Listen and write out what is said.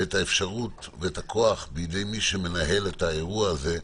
את האפשרות ואת הכוח בידי מי שמנהל את האירוע הזה.